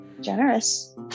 Generous